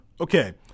Okay